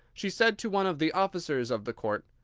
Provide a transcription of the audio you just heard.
she said to one of the officers of the court,